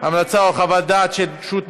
או חוות דעת של רשות חוקרת),